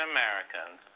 Americans